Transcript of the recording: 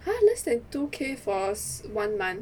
!huh! less than two K for one month